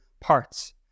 parts